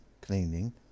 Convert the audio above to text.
cleaning